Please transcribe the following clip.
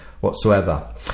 whatsoever